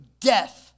death